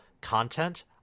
content